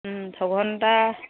ছঘণ্টা